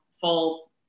full